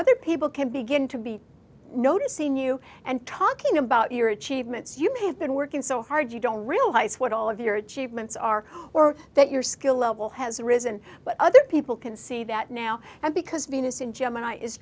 other people can begin to be notice seen you and talking about your achievements you have been working so hard you don't realise what all of your achievements are or that your skill level has risen but other people can see that now and because venus in gemini is